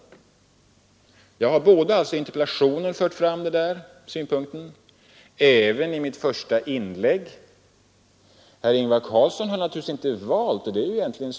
Jag har alltså fört fram den synpunkten både i interpellationen och i mitt första inlägg.